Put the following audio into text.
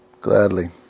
Gladly